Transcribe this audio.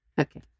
okay